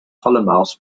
ptolemäus